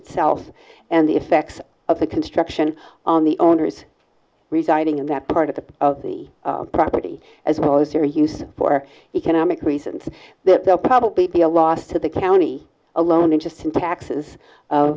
itself and the effects of the construction on the owners residing in that part of the of the property as well as their use for economic reasons that they'll probably be a loss to the county alone interests and taxes